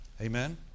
Amen